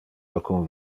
alcun